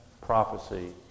prophecy